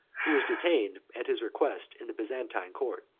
who was detained at his request in the byzantine court.